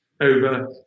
over